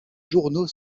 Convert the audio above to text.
journaux